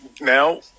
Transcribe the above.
Now